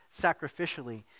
sacrificially